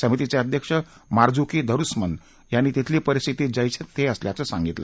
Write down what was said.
समितीचे अध्यक्ष Marzuki Darusman यांनी तिथली परिस्थिती जैसे थे असल्याचं सांगितलं